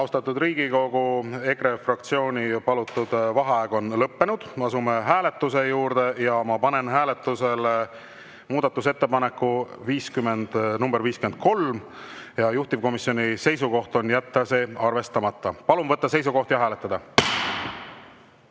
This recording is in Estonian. Ma panen hääletusele muudatusettepaneku nr 58. Juhtivkomisjoni seisukoht on jätta see arvestamata. Palun võtta seisukoht ja hääletada!